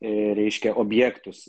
reiškia objektus